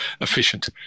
efficient